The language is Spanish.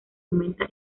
aumenta